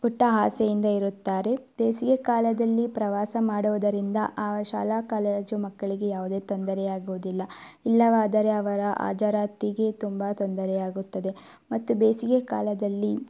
ಪುಟ್ಟ ಆಸೆಯಿಂದ ಇರುತ್ತಾರೆ ಬೇಸಿಗೆ ಕಾಲದಲ್ಲಿ ಪ್ರವಾಸ ಮಾಡುವುದರಿಂದ ಆ ಶಾಲಾ ಕಾಲೇಜು ಮಕ್ಕಳಿಗೆ ಯಾವುದೇ ತೊಂದರೆಯಾಗುದಿಲ್ಲ ಇಲ್ಲವಾದರೆ ಅವರ ಹಾಜರಾತಿಗೆ ತುಂಬ ತೊಂದರೆಯಾಗುತ್ತದೆ ಮತ್ತು ಬೇಸಿಗೆ ಕಾಲದಲ್ಲಿ